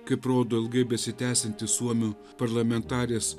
kaip rodo ilgai besitęsianti suomių parlamentarės